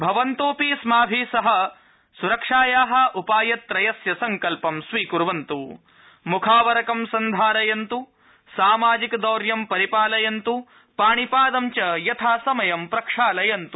भवन्तोऽपि अस्माभि सह सुरक्षाया उपायत्रयस्य संकल्पं स्वीक्वन्त् मुखावरंक सन्धारयन्त् सामाजिकदौर्यं परिपालयन्तु पाणिपादं च यथासमयं प्रक्षालयन्तु